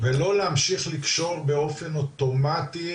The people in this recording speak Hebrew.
ולא להמשיך לקשור באופן אוטומטי,